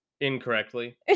Incorrectly